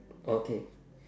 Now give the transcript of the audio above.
okay